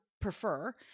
prefer